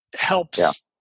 helps